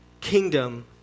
kingdom